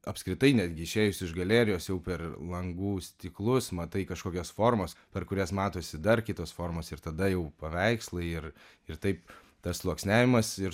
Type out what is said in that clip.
apskritai netgi išėjus iš galerijos jau per langų stiklus matai kažkokias formas per kurias matosi dar kitos formos ir tada jau paveikslai ir ir taip tas sluoksniavimas ir